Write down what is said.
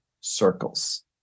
circles